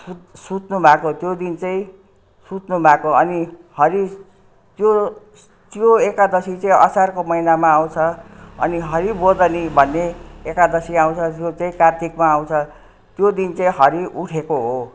सु सुत्नुभएको त्यो दिन चाहिँ सुत्नुभएको अनि हरि त्यो त्यो एकादशी चाहिँ असारको महिनामा आउँछ अनि हरिबोधिनी भन्ने एकादश आउँछ जुन चै कात्तिकमा आउँछ त्यो दिन चाहिँ हरि उठेको हो